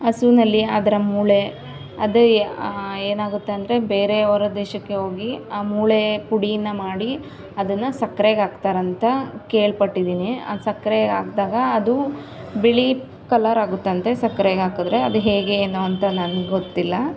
ಹಸುವಿನಲ್ಲಿ ಅದರ ಮೂಳೆ ಅದೇ ಏನಾಗುತ್ತೆ ಅಂದರೆ ಬೇರೆ ಹೊರ ದೇಶಕ್ಕೆ ಹೋಗಿ ಆ ಮೂಳೆ ಪುಡೀನ ಮಾಡಿ ಅದನ್ನು ಸಕ್ರೆಗೆ ಹಾಕ್ತಾರಂತ ಕೇಳ್ಪಟ್ಟಿದ್ದೀನಿ ಸಕ್ಕರೆಗೆ ಹಾಕಿದಾಗ ಅದೂ ಬಿಳಿ ಕಲರ್ ಆಗುತ್ತಂತೆ ಸಕ್ರೆಗೆ ಹಾಕಿದ್ರೆ ಅದು ಹೇಗೆ ಏನು ಅಂತ ನನ್ಗೆ ಗೊತ್ತಿಲ್ಲ